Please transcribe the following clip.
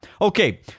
Okay